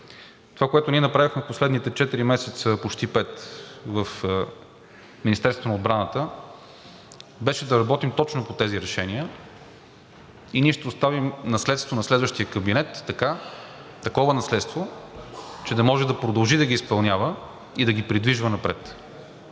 Това, което ние направихме последните четири месеца – почти пет, в Министерството на отбраната, беше да работим точно по тези решения и ние ще оставим на следващия кабинет такова наследство, че да може да продължи да ги изпълнява и да ги придвижва напред.